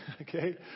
Okay